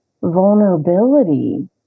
vulnerability